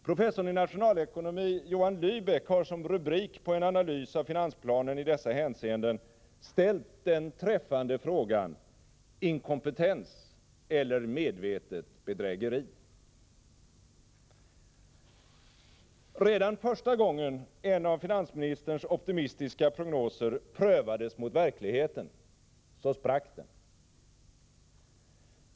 Professorn i nationalekonomi Johan Lybeck har som rubrik på en analys av finansplanen i dessa avseenden ställt den träffande frågan: ”Inkompetens eller medvetet bedrägeri?” Redan första gången en av finansministerns optimistiska prognoser prövades mot verkligheten, så sprack den.